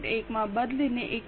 1 માં બદલીને 1